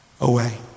away